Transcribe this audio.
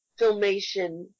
filmation